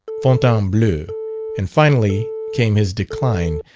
fontainbleau, and finally came his decline,